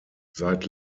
seit